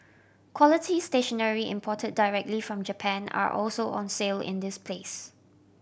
quality stationery imported directly from Japan are also on sale in this place